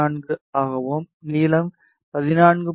34 ஆகவும் நீளம் 14